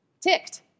ticked